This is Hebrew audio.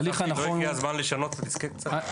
אבל צחי, לא הגיע הזמן לשנות את הדיסקט קצת?